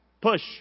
Push